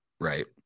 right